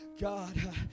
God